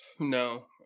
no